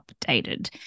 updated